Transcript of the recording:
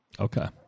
Okay